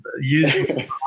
usually